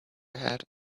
ahead